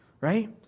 right